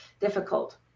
difficult